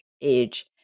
age